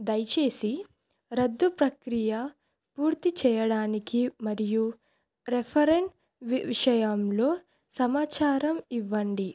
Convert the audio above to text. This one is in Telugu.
దయచేసి రద్దు ప్రక్రియ పూర్తి చెయ్యడానికి మరియు రెఫండ్ విషయంలో సమాచారం ఇవ్వండి